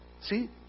See